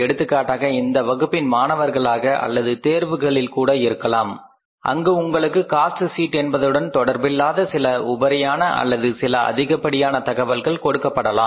எடுத்துக்காட்டாக இந்த வகுப்பின் மாணவர்களாக அல்லது தேர்வுகளில் கூட இருக்கலாம் அங்கு உங்களுக்கு காஸ்ட் ஷீட் என்பதுடன் தொடர்பில்லாத சில உபரியான அல்லது சில அதிகப்படியான தகவல்கள் கொடுக்கப்படலாம்